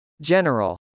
General